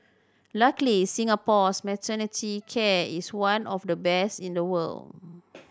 luckily Singapore's maternity care is one of the best in the world